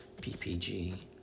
PPG